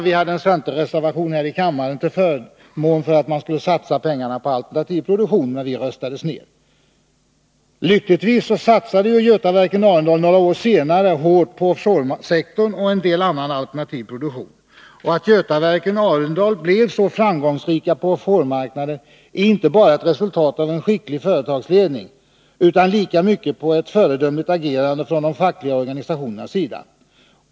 Vi hade en centerreservation här i riksdagen till förmån för att satsa pengarna på alternativ produktion, men vi röstades ner. Lyckligtvis satsade Götaverken Arendal några år senare hårt på offshoresektorn och en del annan alternativ produktion. Att Götaverken Arendal blev så framgångsrikt på offshore-marknaden är inte bara resultatet av att man hade en skicklig företagsledning, utan det beror lika mycket på ett föredömligt agerande från de fackliga organisationernas sida.